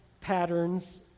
patterns